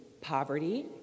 poverty